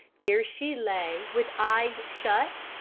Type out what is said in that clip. there she lay, with eyes shut,